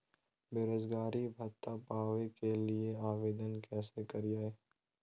बेरोजगारी भत्ता पावे के लिए आवेदन कैसे करियय?